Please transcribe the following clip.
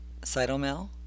Cytomel